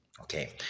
Okay